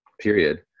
Period